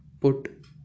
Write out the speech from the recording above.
put